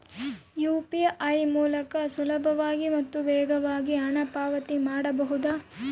UPI ಮೂಲಕ ಸುಲಭವಾಗಿ ಮತ್ತು ವೇಗವಾಗಿ ಹಣ ಪಾವತಿ ಮಾಡಬಹುದಾ?